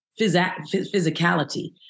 physicality